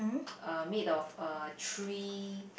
uh made of uh three